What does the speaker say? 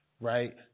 right